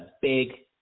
big